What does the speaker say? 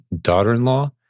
daughter-in-law